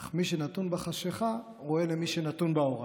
אך מי שנתון בחשיכה, רואה למי שנתון באורה.